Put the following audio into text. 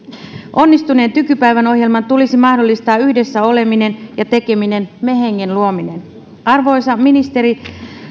onnistuneen tykypäivän ohjelman tulisi mahdollistaa yhdessä oleminen ja tekeminen me hengen luominen arvoisa ministeri